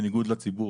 בניגוד לציבור.